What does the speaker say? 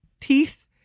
teeth